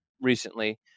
recently